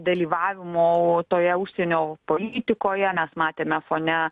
dalyvavimo toje užsienio politikoje mes matėme fone